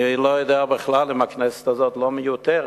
אני לא יודע בכלל אם הכנסת הזאת לא מיותרת,